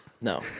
No